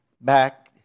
back